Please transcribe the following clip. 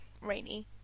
rainy